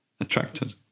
attracted